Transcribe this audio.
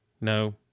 No